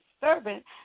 servant